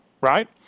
right